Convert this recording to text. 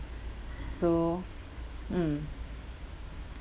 so mm